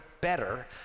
better